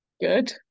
Good